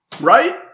Right